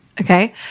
Okay